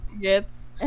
Yes